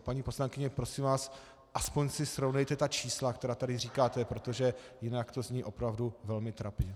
Paní poslankyně, prosím vás, aspoň si srovnejte ta čísla, která tady říkáte, protože jinak to zní opravdu velmi trapně.